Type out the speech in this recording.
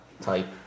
type